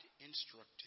instructed